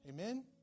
Amen